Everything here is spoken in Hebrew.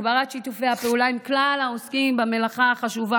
הגברת שיתופי הפעולה עם כלל העוסקים במלאכה החשובה,